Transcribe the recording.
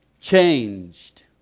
changed